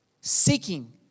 seeking